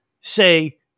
say